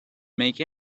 make